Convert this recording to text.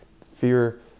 Fear